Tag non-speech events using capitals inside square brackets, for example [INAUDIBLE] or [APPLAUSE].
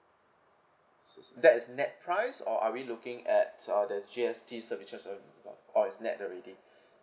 s~ s~ that is net price or are we looking at uh there's G_S_T services or not or it's net already [BREATH]